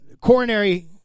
Coronary